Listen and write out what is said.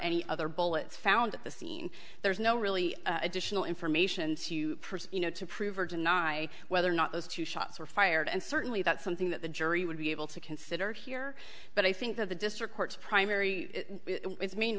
any other bullets found at the scene there's no really additional information to pursue you know to prove or deny whether or not those two shots were fired and certainly that's something that the jury would be able to consider here but i think that the district court's primary its main